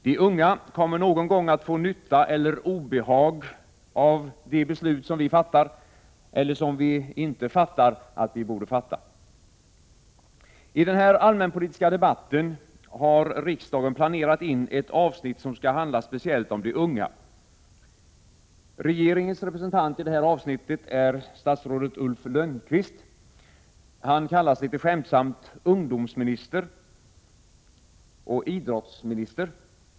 De unga kommer någon gång att få nytta eller obehag av de beslut som vi fattar — eller som vi inte fattar att vi borde fatta. I den här allmänpolitiska debatten har riksdagen planerat in ett avsnitt som skall handla speciellt om de unga. Regeringens representant i det här avsnittet är statsrådet Ulf Lönnqvist. Han kallas litet skämtsamt ”ungdomsminister” och ”idrottsminister”.